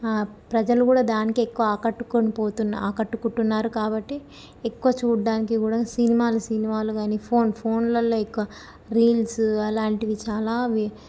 ప్రజలు కూడా దానికే ఎక్కువ ఆకట్టుకునిపోతున్నా ఆకట్టుకుంటున్నారు కాబట్టి ఎక్కువ చూడ్డానికి కూడా సినిమాలు సినిమాలు కానీ ఫోన్ ఫోన్లల్లో ఎక్కువ రీల్స్ అలాంటివి చాలా అవి